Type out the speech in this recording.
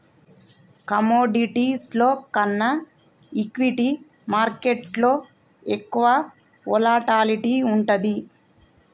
కమోడిటీస్లో కన్నా ఈక్విటీ మార్కెట్టులో ఎక్కువ వోలటాలిటీ వుంటది